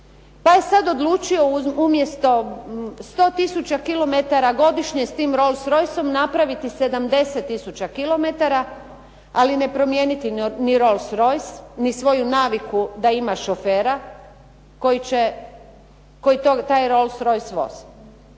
pa je sada odlučio umjesto 100 tisuća kilometara godišnje s tim Rolls Royce napraviti 70 tisuća kilometara, ali ne promijeniti svoj Rolls Royce ni svoju naviku da ima šofera, koji taj Rolls Royce vozi.